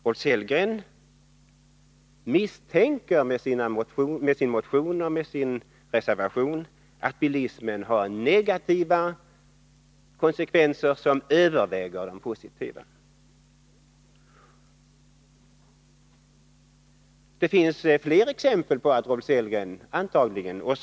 Rolf Sellgren misstänker — det framgår av hans motion och reservation — att bilismen har negativa konsekvenser som överväger de positiva. Det finns flera exempel på Rolf Sellgrens inställning till bilismen.